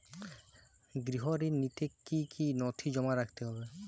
গৃহ ঋণ নিতে কি কি নথি জমা রাখতে হবে?